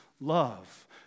love